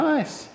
Nice